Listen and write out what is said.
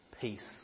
peace